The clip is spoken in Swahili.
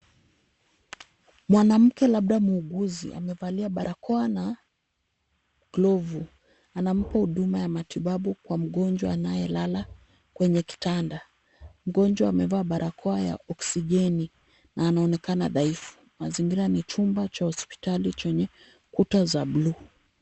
Mwanamke labda muuguzi, amevalia barakoa na glovu. Anampa huduma ya matibabu kwa mgonjwa anayelala kwenye kitanda. Mgonjwa amevaa barakoa ya oxijeni na anaonekana dhaifu. Mazingira ni chumba cha hospitali chenye kuta za bluu.